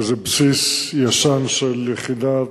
שזה בסיס ישן של יחידה